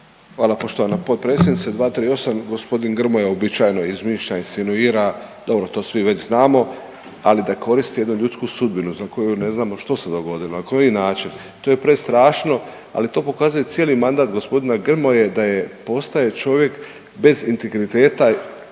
Hvala poštovana potpredsjednice, 238., g. Grmoja uobičajeno izmišlja i sinuira, dobro to svi već znamo, ali da koristi jednu ljudsku sudbinu za koju ne znamo što se dogodilo, na koji način, to je prestrašno, ali to pokazuje cijeli mandat g. Grmoje da je, postaje čovjek bez integriteta